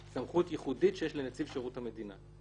זאת סמכות ייחודית שיש לנציב שירות המדינה.